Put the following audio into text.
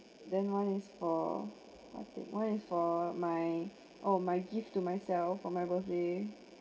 then one is for I think one is for my oh my gift to myself for my birthday